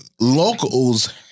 locals